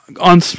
on